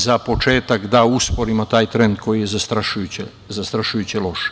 Za početak da usporimo taj trend koji je zastrašujuće loš.